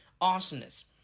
awesomeness